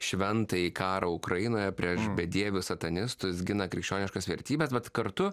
šventąjį karą ukrainoje prieš bedievius satanistus gina krikščioniškas vertybes bet kartu